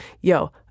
yo